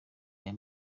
aya